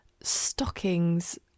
stockings